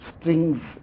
strings